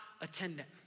attendant